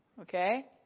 okay